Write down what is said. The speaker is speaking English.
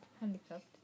handicapped